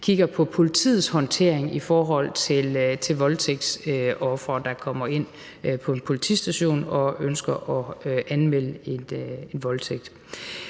kigger på politiets håndtering i forhold til voldtægtsofre, der kommer ind på en politistation og ønsker at anmelde en voldtægt.